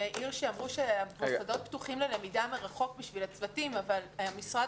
אעיר שאמרו שהמוסדות פתוחים ללמידה מרחוק בשביל הצוותים אבל המשרד